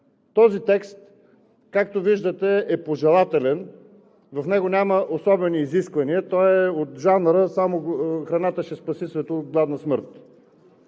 Този текст, както виждате, е пожелателен. В него няма особени изисквания. Той е от жанра „само храната ще спаси света от гладна смърт“.